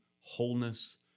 wholeness